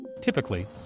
Typically